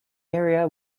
area